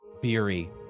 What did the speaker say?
Beery